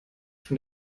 von